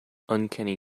uncanny